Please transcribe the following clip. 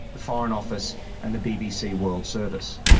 the foreign office and the bbc world service.